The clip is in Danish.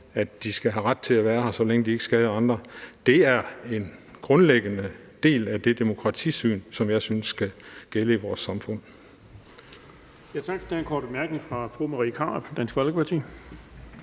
at de skal have ret til at være her, så længe de ikke skader andre. Det er en grundlæggende del af det demokratisyn, som jeg synes skal gælde i vores samfund.